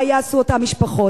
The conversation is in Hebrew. מה יעשו אותן משפחות?